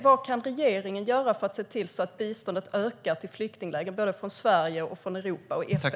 Vad kan regeringen göra för att se till att biståndet till flyktinglägren ökar, från såväl Sverige som Europa och FN?